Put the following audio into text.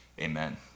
Amen